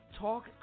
Talk